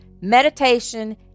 meditation